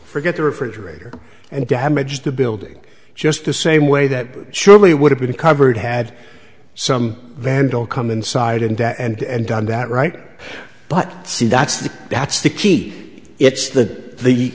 forget the refrigerator and damaged the building just the same way that surely would have been covered had some vandal come inside into and done that right but see that's the that's the key it's the the